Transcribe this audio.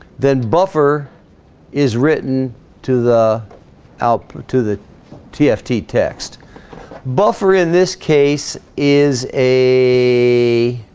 then buffer is written to the output to the tf t text buffer in this case is a